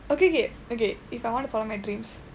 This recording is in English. okay okay okay if I want to follow my dreams